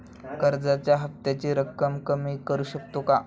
कर्जाच्या हफ्त्याची रक्कम कमी करू शकतो का?